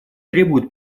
требуют